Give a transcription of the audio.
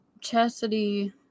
Chastity